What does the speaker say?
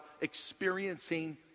experiencing